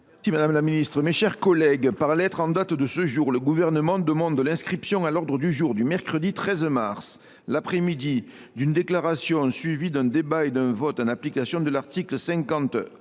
vous avez soulevé. Mes chers collègues, par lettre en date de ce jour, le Gouvernement demande l’inscription à l’ordre du jour du mercredi 13 mars, l’après midi, d’une déclaration, suivie d’un débat et d’un vote, en application de l’article 50